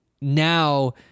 now